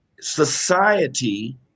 society